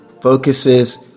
focuses